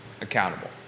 accountable